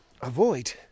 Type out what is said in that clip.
avoid